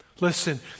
Listen